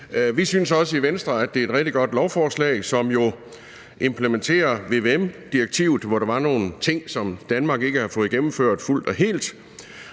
Vi synes også i Venstre, at det er et rigtig godt lovforslag, som jo implementerer vvm-direktivet, hvor der var nogle ting, som Danmark ikke havde fået gennemført fuldt og helt.